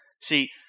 See